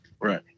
Right